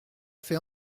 fait